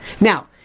Now